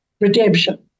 redemption